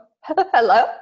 Hello